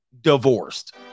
divorced